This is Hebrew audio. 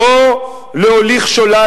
לא להוליך שולל,